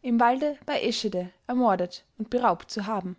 im walde bei eschede ermordet und beraubt zu haben